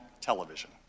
television